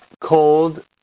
cold